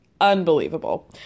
unbelievable